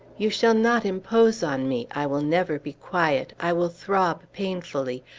you shall not impose on me! i will never be quiet! i will throb painfully!